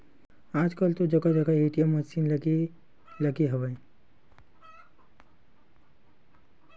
आजकल तो जगा जगा ए.टी.एम मसीन लगे लगे हवय